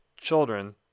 children